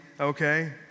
Okay